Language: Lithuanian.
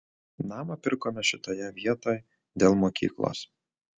namą pirkome šitoje vietoj dėl mokyklos